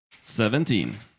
Seventeen